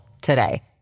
today